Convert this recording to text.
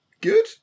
Good